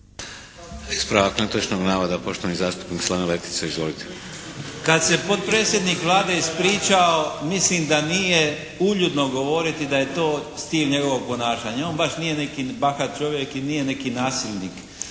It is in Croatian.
Kad se potpredsjednik Vlade ispričao mislim da nije uljudno govoriti da je to stil njegovog ponašanja. On baš nije neki bahat čovjek i nije neki nasilnik.